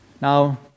Now